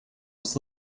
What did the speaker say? was